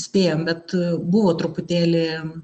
spėjom bet buvo truputėlį